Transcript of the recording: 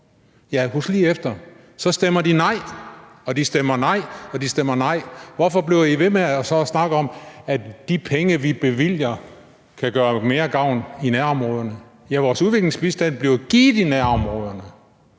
Ja, husk lige efter – så stemmer de nej, og de stemmer nej, og de stemmer nej. Hvorfor bliver I så ved med at snakke om, at de penge, vi bevilger, kan gøre mere gavn i en nærområderne? Ja, vores udviklingsbistand bliver givet i nærområderne;